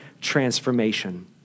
transformation